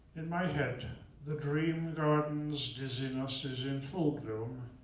in my head the dream-garden's dizziness is in full bloom.